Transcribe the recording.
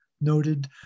noted